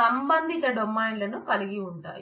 సంబంధిత డొమైన్లను కలిగి ఉంటాయి